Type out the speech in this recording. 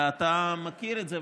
ואתה מכיר את זה,